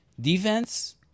defense